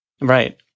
Right